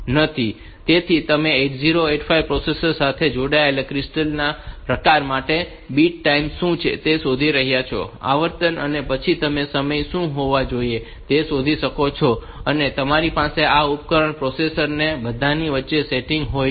તેથી તમે 8085 પ્રોસેસર સાથે જોડાયેલા ક્રિસ્ટલ ના પ્રકાર માટે બીટ ટાઈમ શું છે તે શોધી રહ્યાં છો તે આવર્તન છે અને પછી તમે સમય શું હોવો જોઈએ તે શોધી શકો છો અને તમારી પાસે આ ઉપકરણ અને પ્રોસેસર અને તે બધાની વચ્ચે સેટિંગ હોય છે